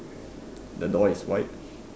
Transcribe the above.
the door is white